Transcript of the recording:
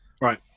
Right